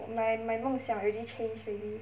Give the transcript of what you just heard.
my my 梦想 already change already